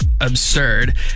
absurd